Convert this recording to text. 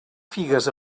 figues